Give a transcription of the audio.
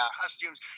costumes